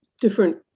different